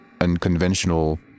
unconventional